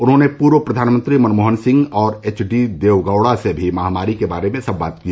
उन्होंने पूर्व प्रधानमंत्री मनमोहन सिंह और एच डी देवेगौड़ा से भी महामारी के बारे में संवाद किया